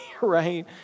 right